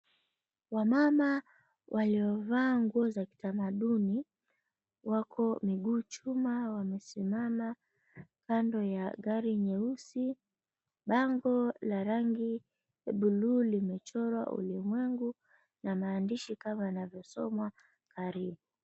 Wamama waliovaa nguo za kitamaduni, wako miguu chuma wamesimama kando ya gari nyeusi. Bango la rangi buluu limechorwa ulimwengu na maandishi kama yanavyosomwa, karibu.